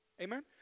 Amen